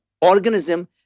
organism